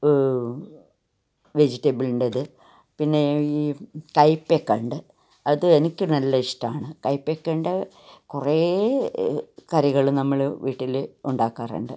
വെജിറ്റബിളിൻ്റത് പിന്നെ ഈ കയ്പ്പക്ക ഉണ്ട് അതും എനിക്ക് നല്ല ഇഷ്ടമാണ് കയ്പ്പക്കേൻ്റെ കുറേ കറികൾ നമ്മൾ വീട്ടിൽ ഉണ്ടാക്കാറുണ്ട്